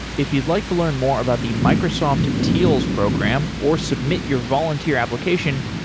if you'd like to learn more about the microsoft teals program, or submit your volunteer application,